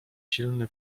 silny